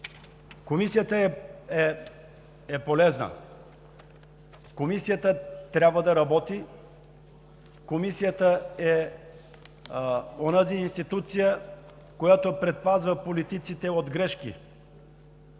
Комисията е полезна, Комисията трябва да работи, Комисията е онази институция, която предпазва политиците от грешки.